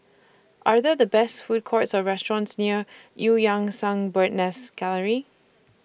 Are There Food Courts Or restaurants near EU Yan Sang Bird's Nest Gallery